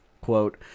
Quote